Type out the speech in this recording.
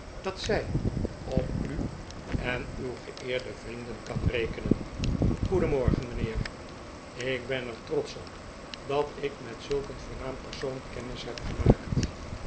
dat zij op u en uw geeerde vrienden kan rekenen goedenmorgen mijnrieer ik ben er trotsch op dat ik met zulk een voornaam persoon kennis heb gemaakt